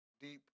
deep